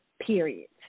period